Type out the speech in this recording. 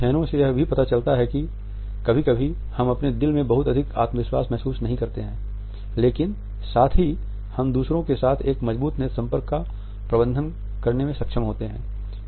अध्ययनों से यह भी पता चलता है कि कभी कभी हम अपने दिल में बहुत अधिक आत्मविश्वास महसूस नहीं करते हैं लेकिन साथ ही हम दूसरों के साथ एक मजबूत नेत्र संपर्क का प्रबंधन करने में सक्षम होते हैं